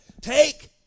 Take